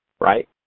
right